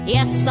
Yes